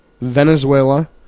Venezuela